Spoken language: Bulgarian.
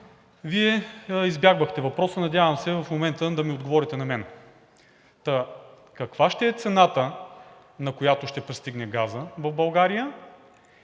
Вие избягвахте въпроса. Надявам се в момента да отговорите на мен. Каква ще е цената, на която ще пристигне газът в България?